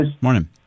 morning